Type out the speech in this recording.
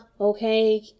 okay